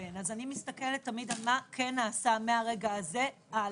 אז אני מסתכלת תמיד על מה כן נעשה מהרגע הזה הלאה.